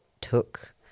took